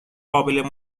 قابل